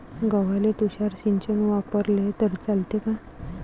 गव्हाले तुषार सिंचन वापरले तर चालते का?